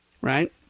right